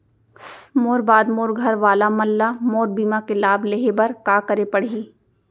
मोर बाद मोर घर वाला मन ला मोर बीमा के लाभ लेहे बर का करे पड़ही?